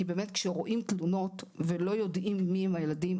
כי באמת כשרואים תלונות ולא יודעים מי הם הילדים,